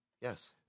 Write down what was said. Yes